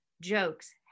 jokes